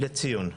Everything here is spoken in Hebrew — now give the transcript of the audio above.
לציון.